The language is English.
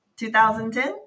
2010